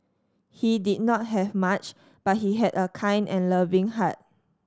he did not have much but he had a kind and loving heart